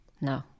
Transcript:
no